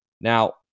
Now